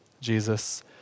Jesus